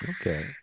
Okay